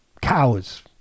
cowards